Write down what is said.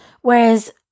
Whereas